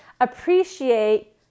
appreciate